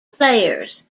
players